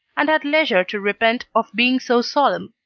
and had leisure to repent of being so solemn.